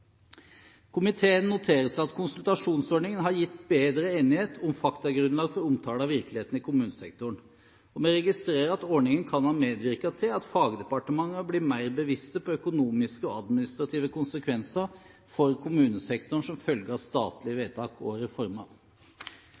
Komiteen noterer seg at konsultasjonsordningen har gitt bedre enighet om faktagrunnlag for omtale av virkeligheten i kommunesektoren. Vi registrerer at ordningen kan ha medvirket til at fagdepartementene blir mer bevisste på økonomiske og administrative konsekvenser for kommunesektoren som følge av statlige tiltak og reformer.